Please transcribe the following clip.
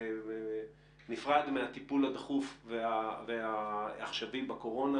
בנפרד מהטיפול הדחוף והעכשווי בקורונה.